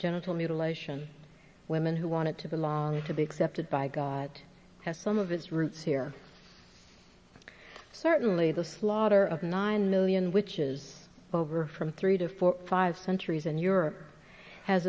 genital mutilation women who wanted to belong to be accepted by god has some of its roots here certainly the slaughter of nine million which is over from three to four five centuries and europe has